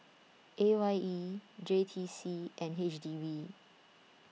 A Y E J T C and H D B